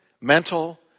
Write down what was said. Mental